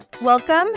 Welcome